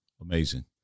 Amazing